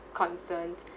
concerns